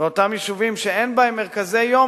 באותם יישובים שאין בהם מרכזי-יום,